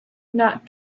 not